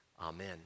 amen